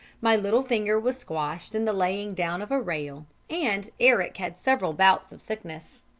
my little finger was squashed in the laying down of a rail, and eric had several bouts of sickness.